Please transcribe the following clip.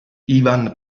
ivan